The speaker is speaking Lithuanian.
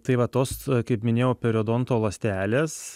tai va tos kaip minėjau periodonto ląstelės